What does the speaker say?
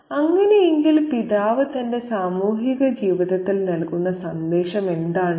അങ്ങനെയെങ്കിൽ പിതാവിന് തന്റെ സാമൂഹിക ജീവിതത്തിൽ നൽകുന്ന സന്ദേശം എന്താണ്